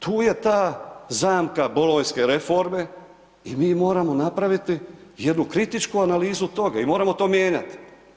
Tu je ta zamka bolonjske reforme i mi moramo napraviti jednu kritičku analizu toga i moramo to mijenjati.